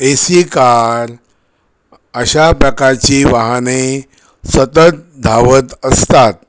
ए C car अशा प्रकारची वाहने सतत धावत असतात